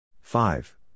five